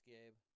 Gabe